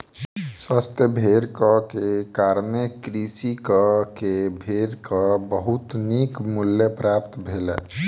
स्वस्थ भेड़क कारणें कृषक के भेड़क बहुत नीक मूल्य प्राप्त भेलै